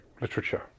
literature